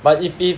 but if it